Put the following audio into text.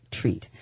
treat